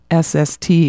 SST